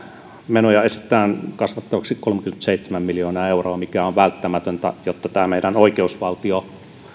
menoja esitetään kasvatettavaksi kolmekymmentäseitsemän miljoonaa euroa mikä on välttämätöntä jotta tämä meidän oikeusvaltiomme